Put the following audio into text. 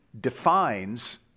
defines